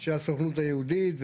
הסוכנות היהודית,